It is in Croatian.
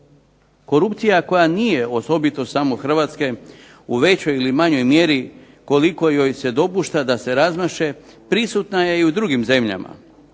Korupcija koja nije osobito samo Hrvatske u većoj ili manjoj mjeri koliko joj se dopušta da se razmaše prisutna je i u drugim zemljama.